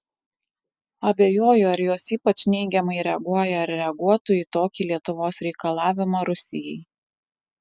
abejoju ar jos ypač neigiamai reaguoja ar reaguotų į tokį lietuvos reikalavimą rusijai